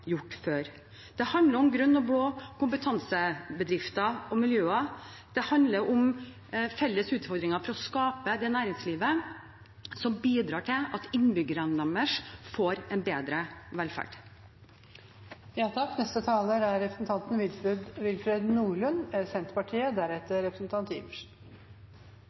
handler om grønne og blå kompetansebedrifter og -miljøer. Det handler om felles utfordringer for å skape det næringslivet som bidrar til at innbyggerne får en bedre velferd. La oss først slå fast at det er